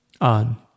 on